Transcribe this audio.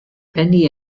penny